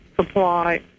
supply